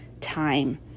time